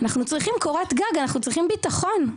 אנחנו צריכים קורת גג, אנחנו צריכים ביטחון.